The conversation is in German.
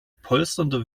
polsternde